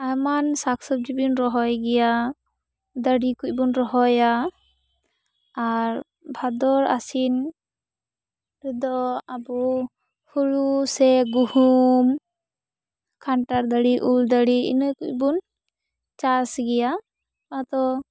ᱟᱭᱢᱟᱱ ᱥᱟᱠ ᱥᱚᱵᱽᱡᱤ ᱵᱚᱱ ᱨᱚᱦᱚᱭ ᱜᱮᱭᱟ ᱫᱟᱨᱤ ᱠᱩᱡ ᱵᱚᱱ ᱨᱚᱦᱚᱭᱟ ᱟᱨ ᱵᱷᱟᱫᱚᱨ ᱟᱥᱤᱱ ᱫᱚ ᱟᱵᱩ ᱦᱩᱲᱩ ᱥᱮ ᱜᱩᱦᱩᱢ ᱠᱷᱟᱱᱴᱟᱲ ᱫᱟᱹᱨᱤ ᱩᱞ ᱫᱟᱨᱤ ᱤᱱᱟᱹ ᱠᱩᱡ ᱵᱚᱱ ᱪᱟᱥ ᱜᱮᱭᱟ ᱟᱫᱚ